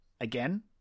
again